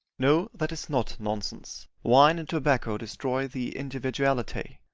no, that is not nonsense. wine and tobacco destroy the individuality.